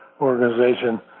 organization